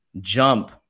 jump